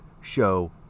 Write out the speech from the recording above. show